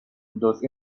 those